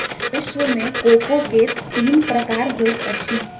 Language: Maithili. विश्व मे कोको के तीन प्रकार होइत अछि